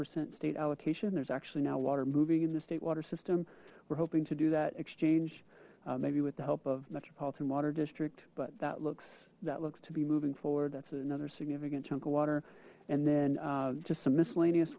percent state allocation there's actually now water moving in the state water system we're hoping to do that exchange maybe with the help of metropolitan water district but that looks that looks to be moving forward that's another significant chunk of water and then just some miscellaneous